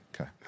Okay